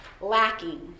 lacking